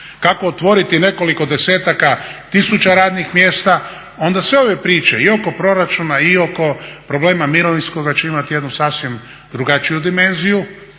kako otvoriti nekoliko desetaka tisuća radnih mjesta. Onda sve ove priče i oko proračuna i oko problema mirovinskoga će imati jednu sasvim drugačiju dimenziju